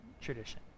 tradition